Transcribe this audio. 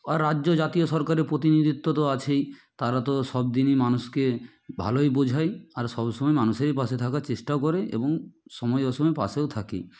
আর রাজ্য জাতীয় সরকারের প্রতিনিধিত্ব তো আছেই তারা তো সব দিনই মানুষকে ভালোই বোঝায় আর সব সময় মানুষেরই পাশে থাকার চেষ্টাও করে এবং সময় অসময় পাশেও থাকে